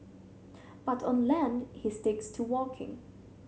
but on land he sticks to walking